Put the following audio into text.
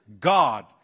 God